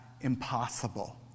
impossible